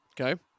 Okay